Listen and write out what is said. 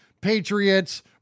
patriots